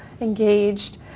engaged